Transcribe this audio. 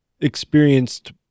experienced